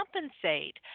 compensate